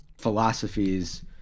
philosophies